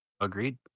agreed